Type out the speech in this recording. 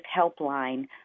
Helpline